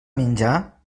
menjar